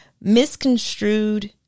misconstrued